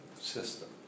system